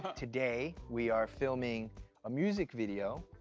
today we are filming a music video.